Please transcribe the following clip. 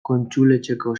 kontsuletxeko